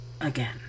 again